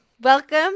welcome